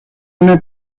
una